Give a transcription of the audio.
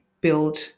build